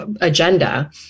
agenda